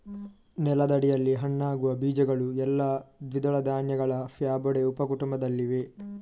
ನೆಲದಡಿಯಲ್ಲಿ ಹಣ್ಣಾಗುವ ಬೀಜಗಳು ಎಲ್ಲಾ ದ್ವಿದಳ ಧಾನ್ಯಗಳ ಫ್ಯಾಬೊಡೆ ಉಪ ಕುಟುಂಬದಲ್ಲಿವೆ